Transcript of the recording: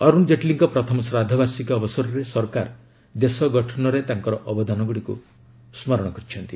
ଅରୁଣ ଜେଟ୍ଲୀଙ୍କ ପ୍ରଥମ ଶ୍ରାଦ୍ଧବାର୍ଷିକ ଅବସରରେ ସରକାର ଦେଶଗଠନରେ ତାଙ୍କର ଅବଦାନ ଗୁଡ଼ିକୁ ସ୍କରଣ କରିଛନ୍ତି